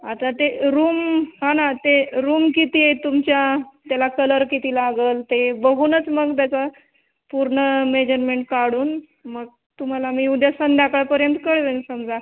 आता ते रूम हो ना ते रूम किती आहेत तुमच्या त्याला कलर किती लागंल ते बघूनच मग त्याचं पूर्ण मेजरमेंट काढून मग तुम्हाला मी उद्या संध्याकाळपर्यंत कळवेन समजा